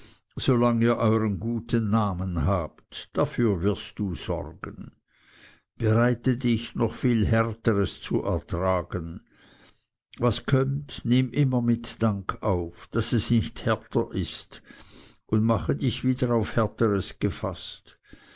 ihr euern guten namen habt dafür wirst du sorgen bereite dich noch viel härteres zu ertragen was kömmt nimm immer mit dank auf daß es nicht härter ist und mache dich wieder auf härteres gefaßt